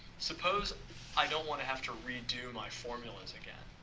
suppose i don't want to have to redo my formulas again.